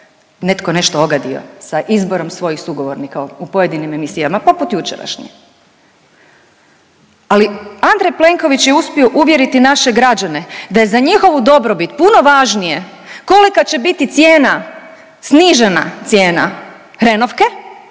nešto neko ogadio sa izborom svojih sugovornika u pojedinim emisijama, poput jučerašnje, ali Andrej Plenković je uspio uvjeriti naše građane da je za njihovu dobrobit puno važnije kolika će biti cijena snižena cijena hrenovke